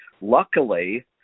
luckily